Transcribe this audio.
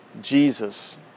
Jesus